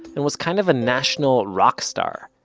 and was kind of a national rock star.